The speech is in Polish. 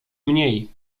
mniej